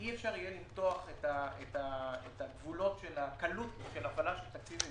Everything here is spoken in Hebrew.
אי-אפשר יהיה למתוח את הקלות של הפעלת תקציב המשכי,